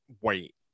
wait